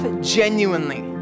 genuinely